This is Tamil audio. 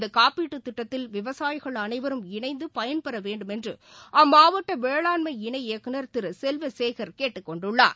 இந்தகாப்பீட்டுத் திட்டத்தில் விவசாயிகள் அனைவரும் இணைந்துபயன்பெறவேண்டுமென்றுஅம்மாவட்டவேளாண்மை இணை இயக்குந் திருசெல்வசேகள் கேட்டுக் கொண்டுள்ளார்